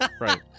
right